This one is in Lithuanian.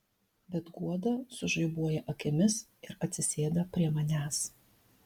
bet guoda sužaibuoja akimis ir atsisėda prie manęs